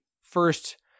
first